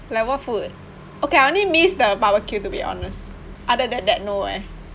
like what food okay I only miss the barbeque to be honest other than that no eh